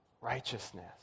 Righteousness